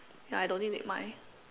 ya I don't think they mind